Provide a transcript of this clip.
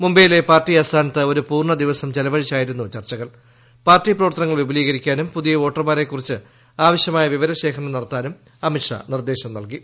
മുംബൈയിലെ പാർട്ടി ആസ്ഥാനത്ത് ഒരു പൂർണ്ണ ദിവസം ചെലവഴിച്ചായിരുന്നു പ്രവർത്തനങ്ങൾ വിപുലീകരിക്കാനും പൂതിയ വോട്ടർമാരെക്കുറിച്ച് ആവശ്യമായ വിവര ശേഖരണം നടത്താനും അമിത്ഷാ നിർദ്ദേശം നൽകി